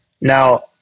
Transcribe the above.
Now